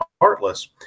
heartless